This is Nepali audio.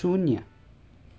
शून्य